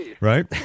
Right